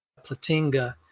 Platinga